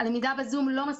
מאור, איפה את גרה?